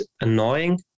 annoying